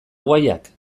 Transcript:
guayak